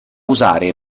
usare